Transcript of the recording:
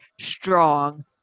strong